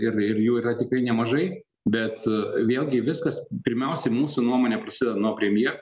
ir ir jų yra tikrai nemažai bet vėlgi viskas pirmiausiai mūsų nuomone prasideda nuo premje